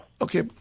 Okay